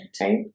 right